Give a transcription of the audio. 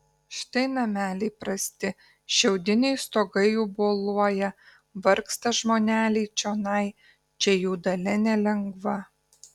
štai nameliai prasti šiaudiniai stogai jų boluoja vargsta žmoneliai čionai čia jų dalia nelengva